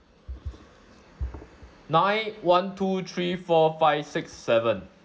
nine one two three four five six seven